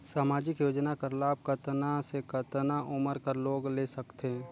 समाजिक योजना कर लाभ कतना से कतना उमर कर लोग ले सकथे?